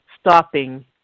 stopping